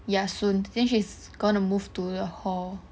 ya soon then she is gonna move to the hall